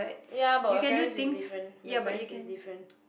ya but my parents is different my parents is different